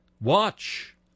watch